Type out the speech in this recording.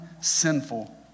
sinful